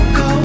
go